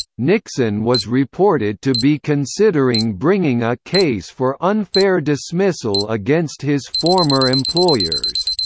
nixson was reported to be considering bringing a case for unfair dismissal against his former employers.